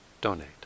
donate